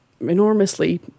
enormously